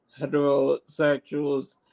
heterosexuals